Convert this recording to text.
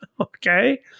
okay